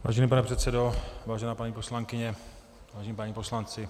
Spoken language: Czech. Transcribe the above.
Vážený pane předsedo, vážená paní poslankyně, vážení páni poslanci.